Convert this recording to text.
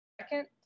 second